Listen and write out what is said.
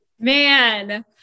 Man